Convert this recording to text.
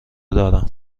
دارم